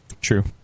True